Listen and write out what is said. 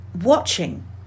Watching